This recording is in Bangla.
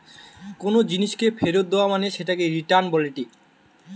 কোনো জিনিসকে ফেরত দেয়া মানে সেটাকে রিটার্ন বলেটে